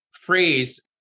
phrase